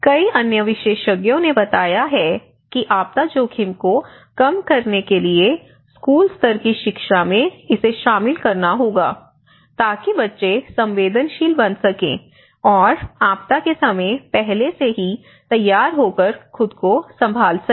कई अन्य विशेषज्ञों ने बताया है कि आपदा जोखिम को कम करने के लिए स्कूल स्तर की शिक्षा मेंइसे शामिल करना होगा ताकि बच्चे संवेदनशील बन सके और आपदा के समय पहले से ही तैयार होकर खुद को संभाल सके